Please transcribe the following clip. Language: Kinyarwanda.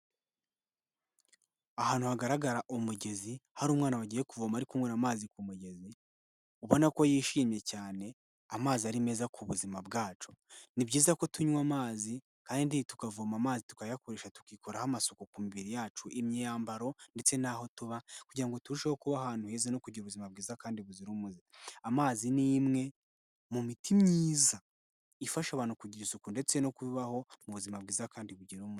Ahantu hagaragara umugezi hari umwana wagiye kuvoma ari kunywera amazi ku mugezi, ubona ko yishimye cyane, amazi ari meza ku buzima bwacu. Ni byiza ko tunywa amazi kandi tukavoma amazi tukayakoresha tukikoraho amasuku ku mibiri yacu, imyambaro ndetse n'aho tuba kugira ngo turusheho kuba ahantu heza no kugira ubuzima bwiza kandi buzira umuze. Amazi ni imwe mu miti myiza ifasha abantu kugira isuku ndetse no kubaho mu buzima bwiza kandi bugira umuze.